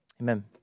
Amen